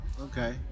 Okay